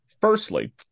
Firstly